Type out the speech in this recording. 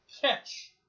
catch